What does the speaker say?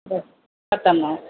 ഓ പത്ത് എണ്ണമോ